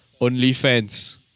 OnlyFans